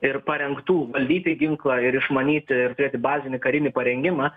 ir parengtų valdyti ginklą ir išmanyti ir turėti bazinį karinį parengimą